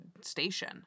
station